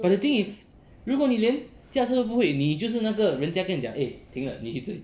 but the thing is 如果你连驾车都不会你就是那个人家跟你讲 eh 停了你去追